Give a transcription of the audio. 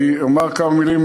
אני אומר כמה מילים,